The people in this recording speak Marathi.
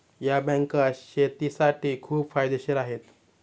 या बँका शेतीसाठी खूप फायदेशीर आहेत